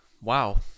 Wow